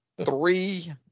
Three